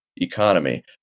economy